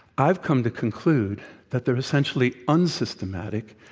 i've come to conclude that they're essentially unsystematic,